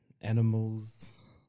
animals